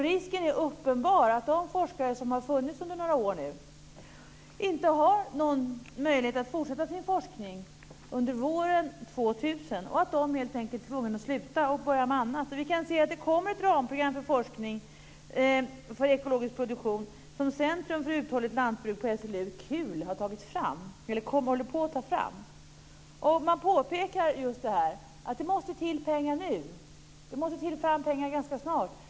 Risken är uppenbar att de forskare som funnits under några år inte har någon möjlighet att fortsätta sin forskning under våren 2000, och att de helt enkelt är tvungna att sluta och börja med annat. Det kommer ett ramprogram för forskning för ekologisk produktion som Centrum för uthålligt lantbruk på SLU, CUL, håller på att ta fram. Man påpekar just att det måste fram pengar ganska snart.